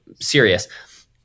serious